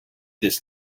this